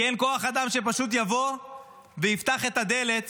כי אין כוח אדם שפשוט יבוא ויפתח את הדלת